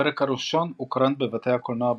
הפרק הראשון הוקרן בבתי הקולנוע בעולם.